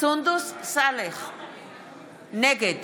סונדוס סאלח, נגד